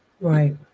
right